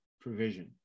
provision